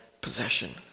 possession